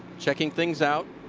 checking things out.